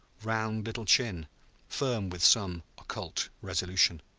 round little chin firm with some occult resolution.